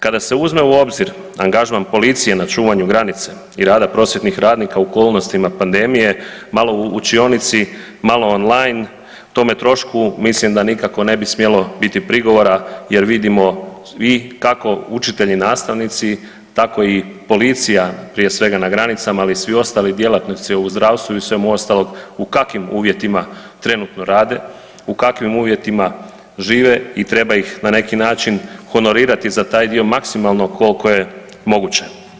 Kad se uzme u obzir angažman policije na čuvanju granice i rada prosvjetnih radnika u okolnostima pandemije, malo u učionici, malo on line, tome trošku mislim da nikako ne bi smjelo biti prigovora, jer vidimo i kako učitelji i nastavnici, tako i policija, prije svega na granicama, ali i svi ostali djelatnici u zdravstvu i svemu ostalom, u kakvim uvjetima trenutno rade, u kakvim uvjetima žive i treba ih na neki način honorirati za taj dio maksimalno koliko je moguće.